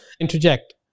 interject